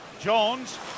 Jones